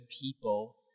people